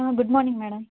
good morning madam